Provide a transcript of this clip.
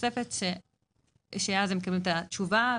התשובה.